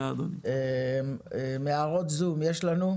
יש לנו הערות זום?